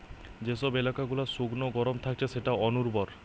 যে সব এলাকা গুলা শুকনো গরম থাকছে সেটা অনুর্বর